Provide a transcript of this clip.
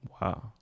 Wow